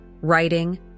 writing